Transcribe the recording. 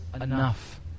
enough